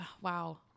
Wow